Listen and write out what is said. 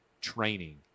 training